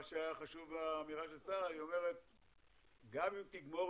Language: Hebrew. מה שהיה חשוב באמירה של שרה זה שגם אם תגמור